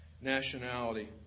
nationality